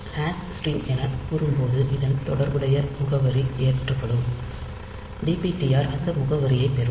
hash string என்று கூறும்போது இ தன் தொடர்புடைய முகவரி ஏற்றப்படும் dptr அந்த முகவரியைப் பெறும்